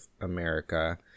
America